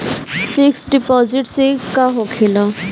Fix deposit से का होखे ला?